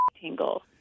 tingle